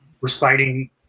reciting